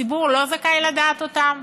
הציבור לא זכאי לדעת אותם?